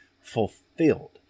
fulfilled